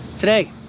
Today